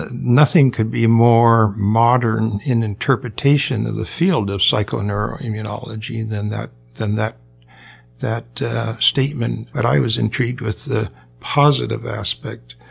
ah nothing could be more modern in interpretation of the field of psychoneuroimmunology and than that than that statement. but i was intrigued with the positive aspect,